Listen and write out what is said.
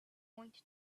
point